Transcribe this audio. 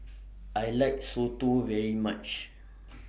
I like Soto very much